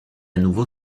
nouveau